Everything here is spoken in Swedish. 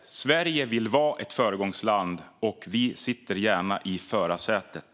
Sverige vill vara ett föregångsland, och vi sitter gärna i förarsätet.